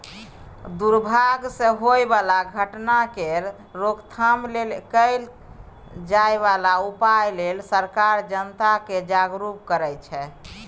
दुर्भाग सँ होए बला घटना केर रोकथाम लेल कएल जाए बला उपाए लेल सरकार जनता केँ जागरुक करै छै